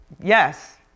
yes